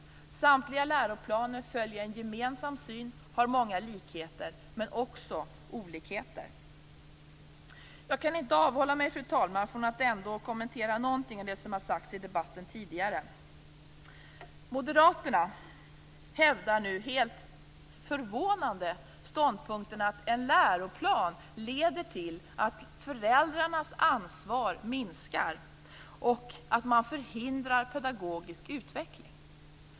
Samtliga läroplaner följer en gemensam syn och har många likheter men också olikheter. Jag kan inte avhålla mig, fru talman, från att ändå kommentera någonting av det som har sagts i debatten tidigare. Moderaterna hävdar nu helt förvånande ståndpunkten att en läroplan leder till att föräldrarnas ansvar minskar och att man förhindrar pedagogisk utveckling.